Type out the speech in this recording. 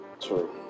True